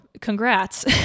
congrats